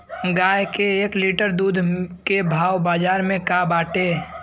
गाय के एक लीटर दूध के भाव बाजार में का बाटे?